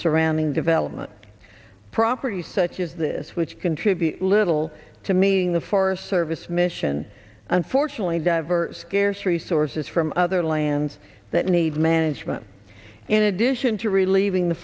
surrounding development properties such as this which contribute little to meeting the forest service mission unfortunately diver scarce resources from other lands that need management in addition to relieving the